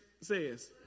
says